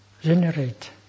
generate